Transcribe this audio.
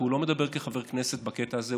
כי הוא לא מדבר כחבר כנסת בקטע הזה,